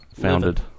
founded